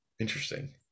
Interesting